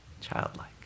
childlike